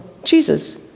Jesus